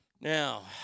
Now